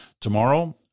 Tomorrow